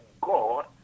God